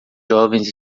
jovens